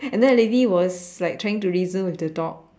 and then the lady was like trying to reason with the dog